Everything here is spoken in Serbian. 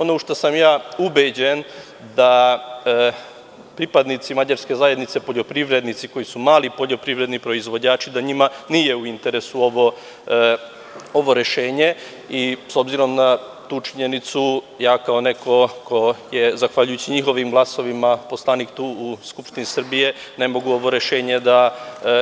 Ono što sam ja ubeđen da pripadnici mađarske zajednice, poljoprivrednici koji su mali poljoprivredni proizvođači, da njima nije u interesu ovo rešenje i s obzirom na tu činjenicu ja kao neko ko je zahvaljujući njihovim glasovima poslanik tu u Skupštini Srbije, ne mogu ovo rešenje da